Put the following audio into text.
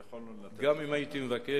כי יכולנו לתת --- גם אם הייתי מבקש,